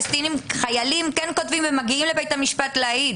שחיילים כן כותבים ומגיעים לבית המשפט להעיד